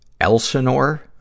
Elsinore